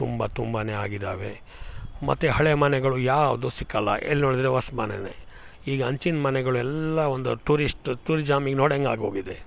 ತುಂಬ ತುಂಬಾ ಆಗಿದಾವೆ ಮತ್ತು ಹಳೆ ಮನೆಗಳು ಯಾವುದು ಸಿಕ್ಕಲ್ಲ ಎಲ್ಲಿ ನೋಡಿದರು ಹೊಸ್ ಮನೇ ಈಗ ಹಂಚಿನ್ ಮನೆಗಳು ಎಲ್ಲ ಒಂದು ಟೂರಿಸ್ಟ್ ಟೂರಿಜಾಮಿ ನೋಡೊಂಗಾಗೋಗಿದೆ